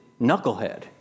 knucklehead